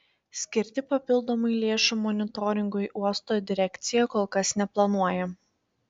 skirti papildomai lėšų monitoringui uosto direkcija kol kas neplanuoja